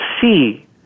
see